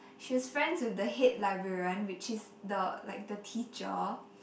she was friends with the head librarian which is the like the teacher